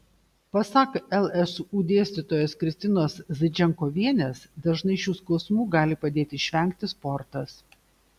pasak lsu dėstytojos kristinos zaičenkovienės dažnai šių skausmų gali padėti išvengti sportas